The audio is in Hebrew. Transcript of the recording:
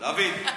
דוד,